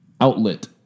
Outlet